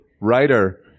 writer